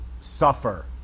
suffer